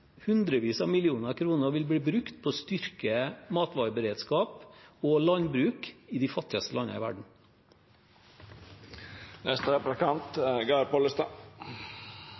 hundrevis av millioner kroner vil bli brukt til å styrke matvareberedskap og landbruk i de fattigste landene i verden. Når ein Kristeleg Folkeparti-ar slår fast at festen er